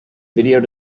video